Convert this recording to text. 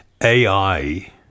AI